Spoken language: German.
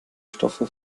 stoffe